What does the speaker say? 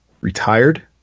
retired